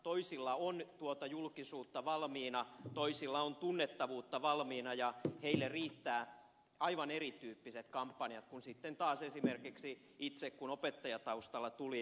toisilla on tuota julkisuutta valmiina toisilla on tunnettavuutta valmiina ja heille riittävät aivan erityyppiset kampanjat kuin sitten taas esimerkiksi itselleni kun opettajataustalla tulin